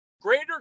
greater